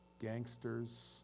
gangsters